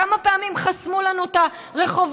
כמה פעמים חסמו לנו את הרחובות,